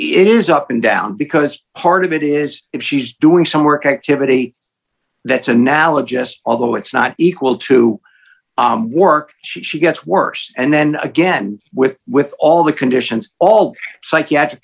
it is up and down because part of it is if she's doing some work activity that's analogy just although it's not equal to work she gets worse and then again with with all the conditions all psychiatric